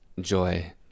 joy